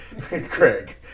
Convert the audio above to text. Craig